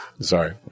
Sorry